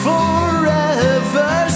Forever